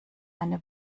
eine